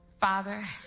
Father